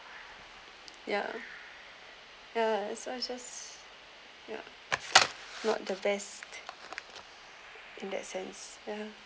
ya ya so it's just ya not the best in that sense ya